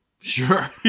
Sure